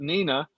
Nina